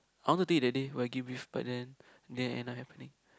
I wanted to eat that day wagyu beef but then didn't end up happening